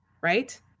right